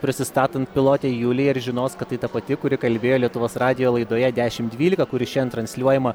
prisistatant pilotei julijai ir žinos kad tai ta pati kuri kalbėjo lietuvos radijo laidoje dešim dvylika kuri šiandien transliuojama